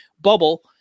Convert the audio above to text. bubble